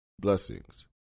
blessings